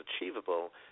achievable